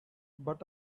but